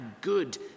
good